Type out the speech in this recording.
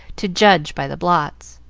to judge by the blots.